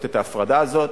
ההפרדה הזאת.